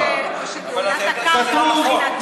או שגאולת הקרקע מבחינתו,